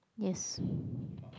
yes